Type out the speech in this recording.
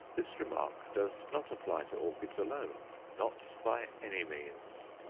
this remark does not apply to orchids alone not by any means.